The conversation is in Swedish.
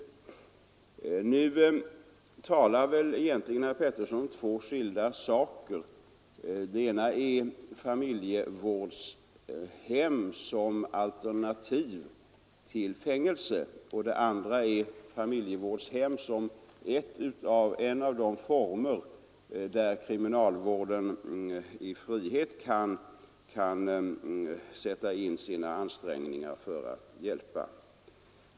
Nu talar väl egentligen herr Pettersson om två skilda saker. Det ena är familjevårdshem som alternativ till fängelse och det andra är familjevårdshem som en av de former där kriminalvården i frihet kan sätta in sina ansträngningar för att hjälpa.